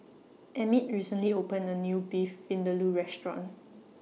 Emit recently opened A New Beef Vindaloo Restaurant